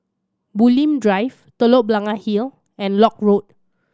Bulim Drive Telok Blangah Hill and Lock Road